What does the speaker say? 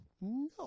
No